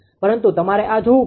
પરંતુ તમારે આ જોવુ પડશે